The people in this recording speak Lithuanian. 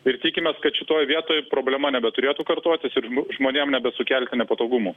ir tikimės kad šitoj vietoj problema nebeturėtų kartotis ir žmonėm nebesukelti nepatogumų